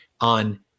on